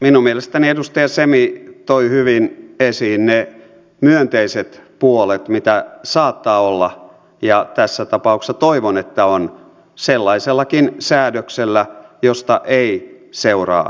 minun mielestäni edustaja semi toi hyvin esiin ne myönteiset puolet mitä saattaa olla ja tässä tapauksessa toivon että on sellaisellakin säädöksellä josta ei seuraa sanktiota